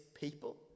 people